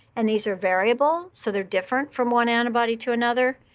and these are variable, so they're different from one antibody to another.